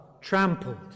trampled